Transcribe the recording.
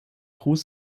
ruß